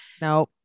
now